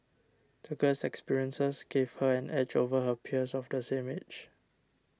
the girl's experiences gave her an edge over her peers of the same age